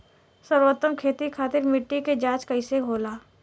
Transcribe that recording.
सर्वोत्तम खेती खातिर मिट्टी के जाँच कईसे होला?